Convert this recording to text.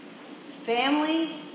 family